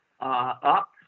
up